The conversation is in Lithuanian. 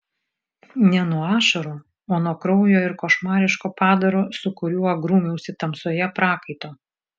ne nuo ašarų o nuo kraujo ir košmariško padaro su kuriuo grūmiausi tamsoje prakaito